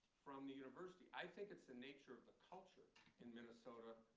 from the university. i think it's the nature of the culture in minnesota.